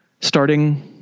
starting